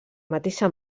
mateixa